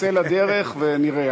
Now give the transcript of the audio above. צא לדרך ונראה.